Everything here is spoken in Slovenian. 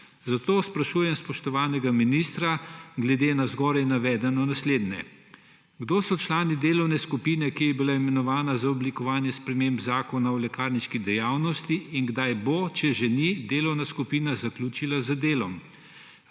Zato sprašujem spoštovanega ministra glede na zgoraj navedeno naslednje: Kdo so člani delovne skupine, ki je bila imenovana za oblikovanje sprememb Zakona o lekarniški dejavnosti? Kdaj bo, če že ni, delovna skupina zaključila z delom?